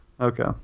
Okay